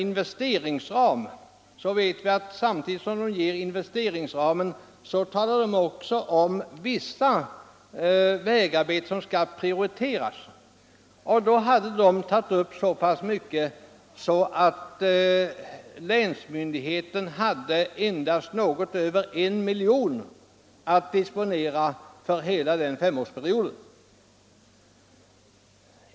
När vägverket anger sin investeringsram, talar verket också om vilka vägarbeten som skall prioriteras. Vägverket hade i detta fall tagit upp så pass mycket att länsmyndigheten endast hade något över 1 milj.kr. att disponera för hela femårsperioden.